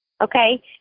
okay